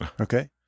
Okay